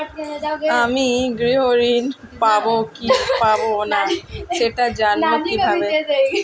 আমি গৃহ ঋণ পাবো কি পাবো না সেটা জানবো কিভাবে?